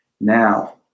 Now